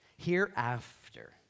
Hereafter